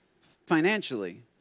financially